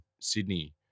Sydney